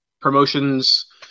promotions